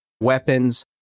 weapons